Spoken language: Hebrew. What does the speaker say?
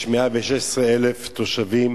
יש 116,000 תושבים